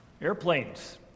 Airplanes